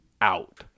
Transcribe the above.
out